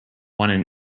one